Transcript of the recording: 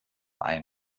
ein